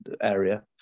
area